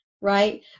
right